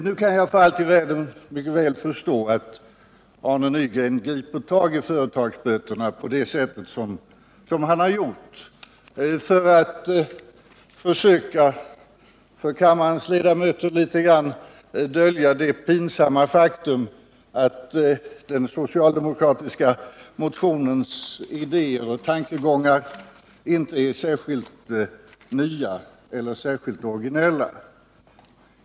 Nu kan jag för allt i världen mycket väl förstå att Arne Nygren griper tag i företagsböterna på det sätt som han har gjort för att inför kammarens ledamöter i någon mån försöka dölja det pinsamma faktum att den socialdemokratiska motionens idéer och tankegångar inte är vare sig särskilt nya eller särskilt originella.